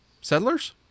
settlers